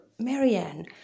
Marianne